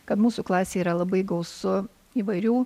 kad mūsų klasėj yra labai gausu įvairių